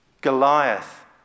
Goliath